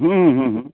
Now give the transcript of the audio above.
हूँ हूँ हूँ हूँ